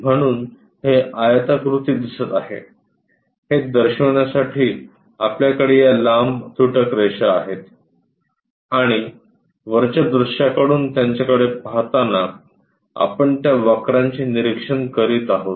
म्हणून हे आयताकृती दिसत आहे हे दर्शविण्यासाठी आपल्याकडे या लांब तुटक रेषा आहेत आणि वरच्या दृश्याकडून त्यांच्याकडे पाहताना आपण त्या वक्रांचे निरीक्षण करीत आहोत